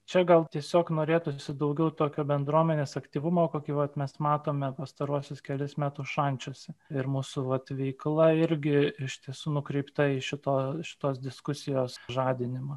čia gal tiesiog norėtųsi daugiau tokio bendruomenės aktyvumo kokį vat mes matome pastaruosius kelis metus šančiuose ir mūsų vat veikla irgi iš tiesų nukreipta į šito šitos diskusijos žadinimą